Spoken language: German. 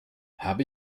habe